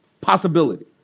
possibility